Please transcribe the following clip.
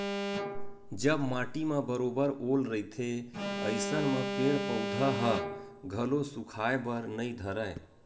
जब माटी म बरोबर ओल रहिथे अइसन म पेड़ पउधा ह घलो सुखाय बर नइ धरय